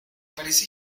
parece